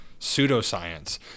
pseudoscience